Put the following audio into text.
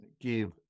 give